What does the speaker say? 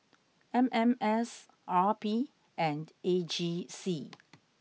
M M S R P and A G C